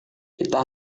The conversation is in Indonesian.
kita